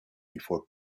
before